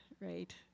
right